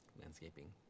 landscaping